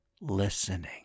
Listening